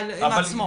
אבל עם עצמו.